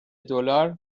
دلار